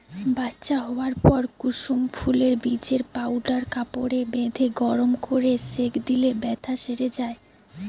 বাচ্চা হোয়ার পর কুসুম ফুলের বীজের পাউডার কাপড়ে বেঁধে গরম কোরে সেঁক দিলে বেথ্যা সেরে যায়